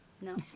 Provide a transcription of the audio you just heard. No